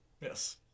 yes